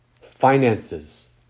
finances